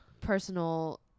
personal